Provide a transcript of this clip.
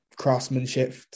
Craftsmanship